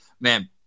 man